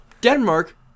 Denmark